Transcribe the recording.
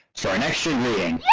for an extra